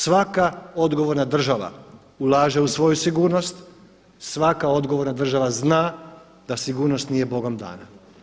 Svaka odgovorna država ulaže u svoju sigurnost, svaka odgovorna država zna da sigurnost nije bogom dana.